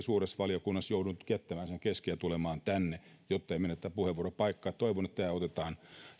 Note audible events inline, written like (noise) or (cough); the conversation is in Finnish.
(unintelligible) suuressa valiokunnassa ja jouduin jättämään sen kesken ja tulemaan tänne jotten menetä puheenvuoropaikkaa toivon että tämä otetaan